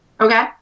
Okay